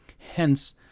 Hence